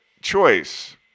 choice